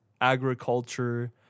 agriculture